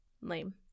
Lame